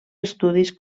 estudis